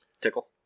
tickle